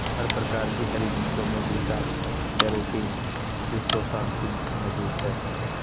हर प्रकार की हरी मिर्चों में बीटा कैरोटीन क्रीप्टोक्सान्थिन मौजूद हैं